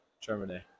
Germany